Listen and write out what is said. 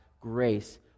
grace